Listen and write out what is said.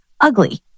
ugly